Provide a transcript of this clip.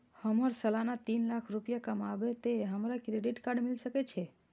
हमर सालाना तीन लाख रुपए कमाबे ते हमरा क्रेडिट कार्ड मिल सके छे?